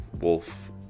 Wolf